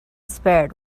spared